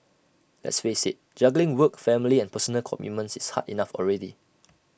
let's face IT juggling work family and personal commitments is hard enough already